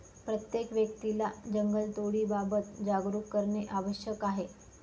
प्रत्येक व्यक्तीला जंगलतोडीबाबत जागरूक करणे आवश्यक आहे